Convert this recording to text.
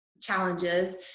challenges